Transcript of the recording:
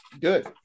Good